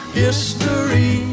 history